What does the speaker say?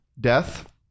Death